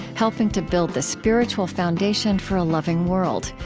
helping to build the spiritual foundation for a loving world.